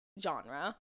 genre